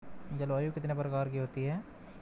जलवायु कितने प्रकार की होती हैं?